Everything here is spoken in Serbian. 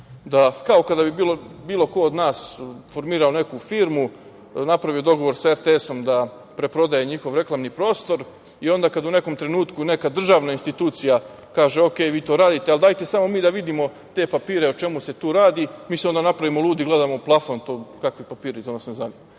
da, kao kada bi bilo ko od nas formirao neku firmu, napravio dogovor sa RTS da preprodaje njihov reklamni prostor i onda kada u nekom trenutku neka državna institucija kaže – ok, vi to radile ali dajte samo mi da vidimo te papire o čemu se radi, mi se onda napravimo ludi i gledamo u plafon, kakvi papiri to nas ne zanima.